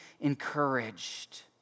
encouraged